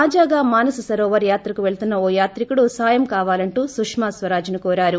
తాజాగా మానస సరోవర్ యాత్రకు పెళ్తున్న ఓ యాత్రికుడు సాయం కావాలంటూ సుష్మాస్వరాజ్ను కోరారు